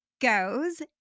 goes